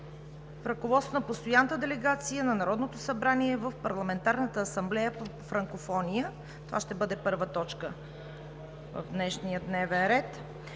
и ръководството на постоянната делегация на Народното събрание в Парламентарната асамблея по франкофония“. Това ще бъде първа точка в днешния дневен ред.